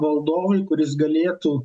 valdovui kuris galėtų